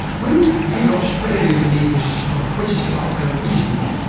when big australia believers are quizzed about their reasoning,